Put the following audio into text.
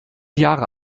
jahre